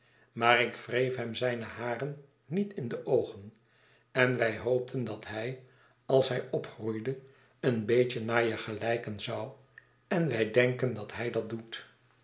maar ik wreef hem zijne haren niet in de oogen en wij hoopten dat hij als hij opgroeide een beetje naar je gelijken zou en wy denken dat hij dat doet